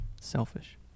Selfish